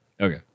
Okay